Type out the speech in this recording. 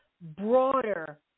broader